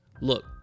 look